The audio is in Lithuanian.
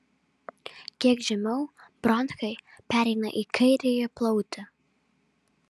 kiek žemiau bronchai pereina į kairįjį plautį